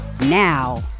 now